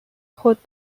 خود